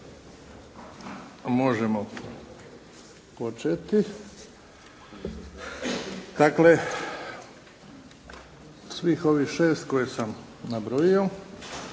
Možemo početi. Dakle, svih ovih 6 koje sam nabrojio